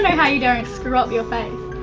how you don't screw up your face